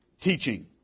teaching